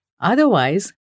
Otherwise